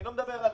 אני לא מדבר על